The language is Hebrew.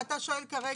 אתה שואל כרגע,